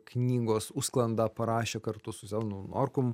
knygos užsklandą parašė kartu su zenonu norkum